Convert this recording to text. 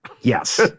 Yes